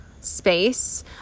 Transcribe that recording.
Space